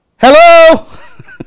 Hello